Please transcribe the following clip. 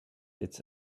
its